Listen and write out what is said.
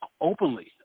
openly